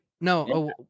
No